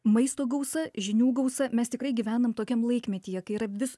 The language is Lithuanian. maisto gausa žinių gausa mes tikrai gyvenam tokiam laikmetyje kai yra vis